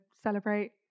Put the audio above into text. celebrate